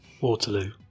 waterloo